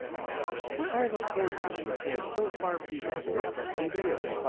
what are the forces which have so far prevented it from prevailing,